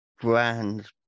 brands